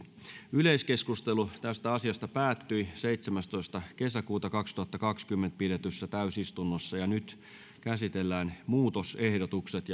yleiskeskustelu tästä asiasta päättyi seitsemästoista kuudetta kaksituhattakaksikymmentä pidetyssä täysistunnossa nyt käsitellään muutosehdotukset